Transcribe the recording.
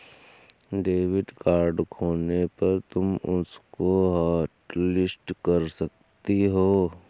debit card खोने पर तुम उसको हॉटलिस्ट कर सकती हो